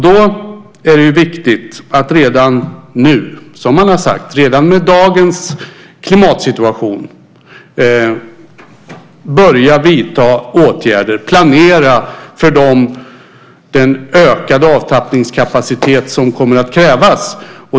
Då är det viktigt att redan nu, som sagt, med dagens klimatsituation börja vidta åtgärder och planera för den ökade avtappningskapacitet som kommer att krävas.